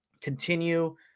continue